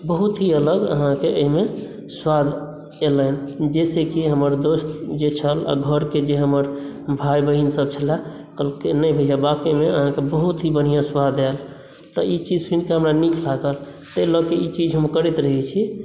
बहुत ही अलग आहाँकेँ एहिमे स्वाद अयलनि जाहिसे कि हमर दोस्त जे छल आ घरकेँ जे हमर भाइ बहिन सब छलय कहलकै नहि भैया वाकइ मे आहाँके बहुत बढ़ियाॅं स्वाद आयल तऽ ई चीज सुनि कऽ हमरा नीक लागल तै लऽ केँ ई चीज हम करैत रहै छी